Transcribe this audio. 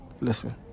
Listen